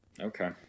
Okay